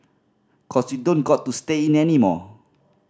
cause you don't got to stay in anymore